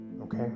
Okay